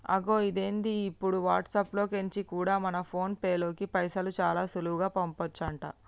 అగొ ఇదేంది ఇప్పుడు వాట్సాప్ లో కెంచి కూడా మన ఫోన్ పేలోకి పైసలు చాలా సులువుగా పంపచంట